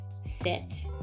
sit